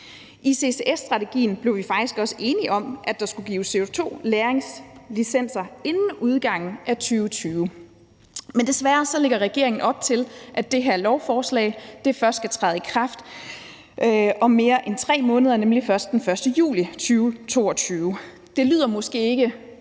I CCS-strategien blev vi faktisk også enige om, at der skulle gives CO2-lagringslicenser inden udgangen af 2020. Men desværre lægger regeringen op til, at det her lovforslag først skal træde i kraft om mere end 3 måneder, nemlig først den 1. juli 2022. Det lyder måske ikke